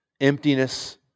emptiness